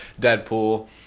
Deadpool